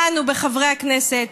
בנו, בחברי הכנסת.